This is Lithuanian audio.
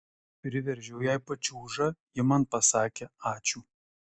priveržiau jai pačiūžą ji man pasakė ačiū